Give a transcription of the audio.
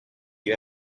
you